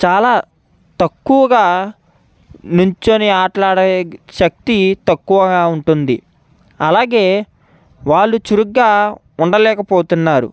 చాలా తక్కువగా నుంచుని ఆటలాడే శక్తి తక్కువగా ఉంటుంది అలాగే వాళ్ళు చురుగ్గా ఉండలేకపోతున్నారు